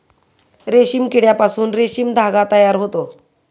रेशीम किड्यापासून रेशीम धागा तयार होतो